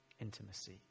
Intimacy